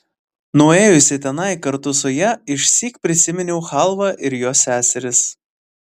nuėjusi tenai kartu su ja išsyk prisiminiau chalvą ir jos seseris